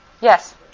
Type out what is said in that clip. Yes